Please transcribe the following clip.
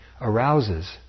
arouses